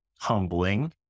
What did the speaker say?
humbling